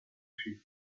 fût